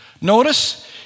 Notice